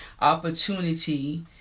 opportunity